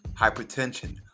hypertension